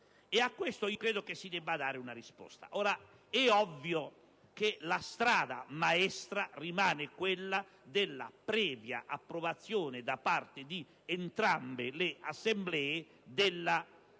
e a questa io ritengo si debba dare una risposta. È ovvio che la strada maestra rimane quella della previa approvazione, da parte di entrambe le Assemblee, della risoluzione